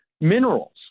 minerals